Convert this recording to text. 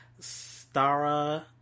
stara